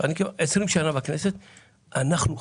כשהתוצאה שלה יכולה להיות שליטה בגוף מוסדי,